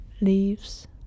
leaves